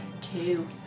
two